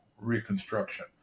reconstruction